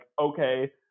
okay